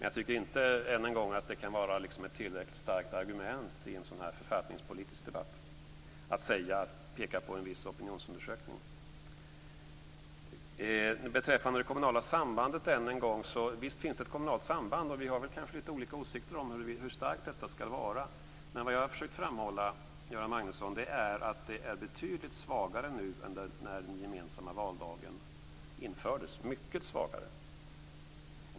Jag tycker inte att det kan vara ett tillräckligt starkt argument i en sådan här författningspolitisk debatt att peka på en viss opinionsundersökning. Visst finns det ett kommunalt samband. Vi har kanske lite olika åsikter om hur starkt detta ska vara. Jag har försökt att framhålla att det är betydligt svagare nu än när den gemensamma valdagen infördes, Göran Magnusson. Det är mycket svagare.